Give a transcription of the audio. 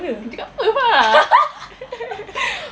kerja kat perth ah